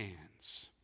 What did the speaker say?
hands